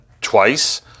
twice